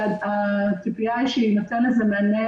כשהציפייה היא שיינתן לזה מענה